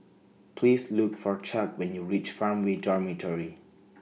Please Look For Chuck when YOU REACH Farmway Dormitory